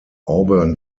auburn